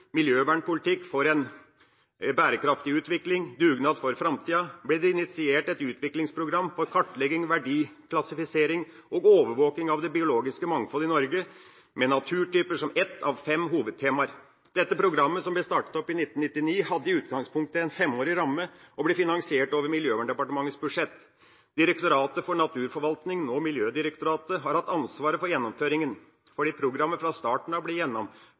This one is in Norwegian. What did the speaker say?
Miljøvernpolitikk for en bærekraftig utvikling – dugnad for framtida, ble det initiert et utviklingsprogram for kartlegging, verdiklassifisering og overvåking av det biologiske mangfoldet i Norge, med naturtyper som ett av fem hovedtemaer. Dette programmet, som ble startet opp i 1999, hadde i utgangspunktet en femårig tidsramme og ble finansiert over Miljøverndepartementets budsjett. Direktoratet for naturforvaltning, nå Miljødirektoratet, har hatt ansvaret for gjennomføringen. Fordi programmet fra starten